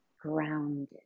grounded